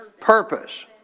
purpose